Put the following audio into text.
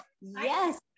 yes